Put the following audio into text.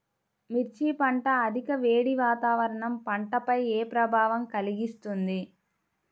మిర్చి పంట అధిక వేడి వాతావరణం పంటపై ఏ ప్రభావం కలిగిస్తుంది?